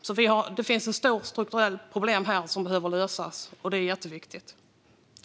Det finns alltså ett stort strukturellt problem här som behöver lösas, och det är jätteviktigt.